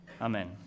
Amen